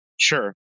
Sure